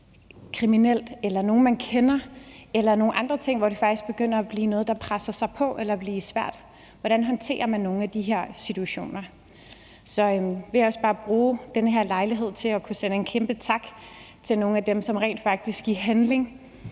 er ude i noget kriminelt, eller nogle andre ting, hvor det faktisk begynder at være noget, der presser sig på, eller blive svært. Hvordan håndterer man nogle af de her situationer? Så jeg vil også bare bruge den her lejlighed til at sende en kæmpe tak til dem, som rent faktisk i handling